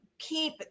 Keep